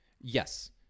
yes